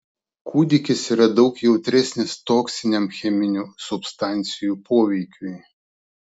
kūdikis yra daug jautresnis toksiniam cheminių substancijų poveikiui